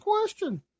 question